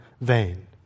vain